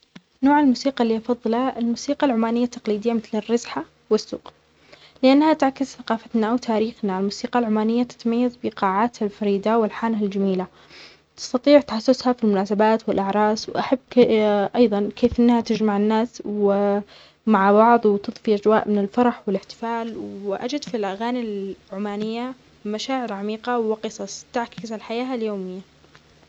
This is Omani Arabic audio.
نوع الموسيقى اللى أفظلها الموسيقى العمانية التقليدية مثل الرزحة والسوق لأنها تعكس ثقافتنا وتاريخنا، الموسيقى العمانية تتميز بقاعاتها الفريدة وألحانها الجميلة، تستطيع تحسسها في المناسبات والأعراس، وأحب أيظا كيف أنها تجمع الناس ومع بعظ وتظفي أجواء من الفرح والإحتفال، وأجد في الأغاني العمانية مشاعر عميقة وقصص تعكس الحياة اليومية.